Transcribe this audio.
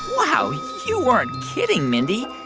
wow, you weren't kidding, mindy.